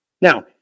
Now